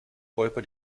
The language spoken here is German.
räuber